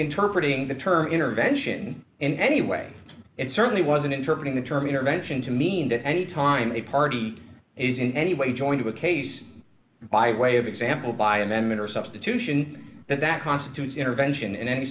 interpretating the term intervention in any way and certainly wasn't interpreted the term intervention to mean that anytime a party is in any way joined to a case by way of example by amendment or substitution that that constitutes intervention in any